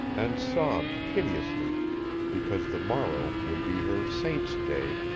and sobbed piteously because the morrow would be her saint's day,